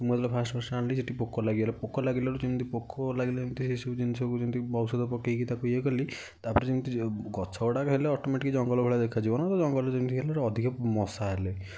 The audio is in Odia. ମୁଁ ଯେତେବେଳେ ଫାଷ୍ଟ ଫାଷ୍ଟ ଆଣିଲି ସେଠି ପୋକ ଲାଗିଗଲେ ପୋକ ଲାଗିଲାରୁ ଯେମିତି ପୋକ ଲାଗିଲେ ଯେମିତି ସେଇ ସବୁ ଜିନିଷକୁ ଯେମିତି ଔଷଧ ପକାଇକି ତାକୁ ଇଏ କଲି ତା'ପରେ ଯେମିତି ଗଛଗୁଡ଼ାକ ହେଲେ ଅଟୋମେଟିକ୍ ଜଙ୍ଗଲ ଭଳିଆ ଦେଖାଯିବ ନା ତ ଜଙ୍ଗଲ ଯେମିତିକି ହେଲେ ତ ଅଧିକ ମଶା ହେଲେ